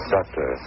Doctor